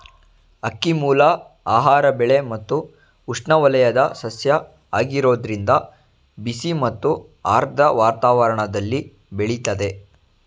ಅಕ್ಕಿಮೂಲ ಆಹಾರ ಬೆಳೆ ಮತ್ತು ಉಷ್ಣವಲಯದ ಸಸ್ಯ ಆಗಿರೋದ್ರಿಂದ ಬಿಸಿ ಮತ್ತು ಆರ್ದ್ರ ವಾತಾವರಣ್ದಲ್ಲಿ ಬೆಳಿತದೆ